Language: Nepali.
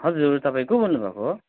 हजुर तपाईँ को बोल्नु भएको हो